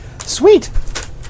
sweet